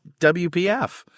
WPF